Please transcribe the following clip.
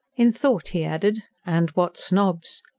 in thought he added and what snobs!